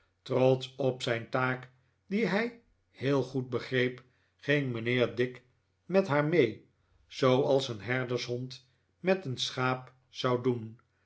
trotsch op zijn taak die hij heel goed begreep ging mijnheer dick met haar mee zooals een herdershond met een schaap zou doen